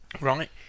right